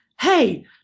hey